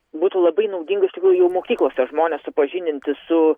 būtų labai naudinga ištikrųjų jau mokyklose žmones supažindinti su